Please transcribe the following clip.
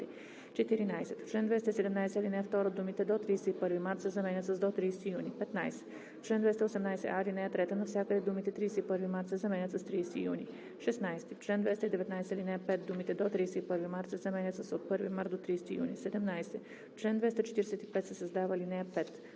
14. В чл. 217, ал. 2 думите „до 31 март“ се заменят с „до 30 юни“. 15. В чл. 218а, ал. 3 навсякъде думите „31 март“ се заменят с „30 юни“. 16. В чл. 219, ал. 5 думите „до 31 март“ се заменят с „от 1 март до 30 юни“. 17. В чл. 245 се създава ал. 5: